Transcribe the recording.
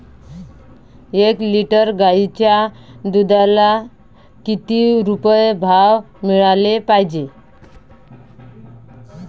एक लिटर गाईच्या दुधाला किती रुपये भाव मिळायले पाहिजे?